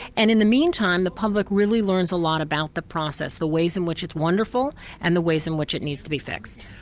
and in the meantime, the public really learns a lot about the process, the ways in which it's wonderful, and the ways in which it needs to be fixed.